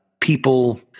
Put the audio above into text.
people